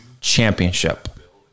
Championship